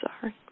sorry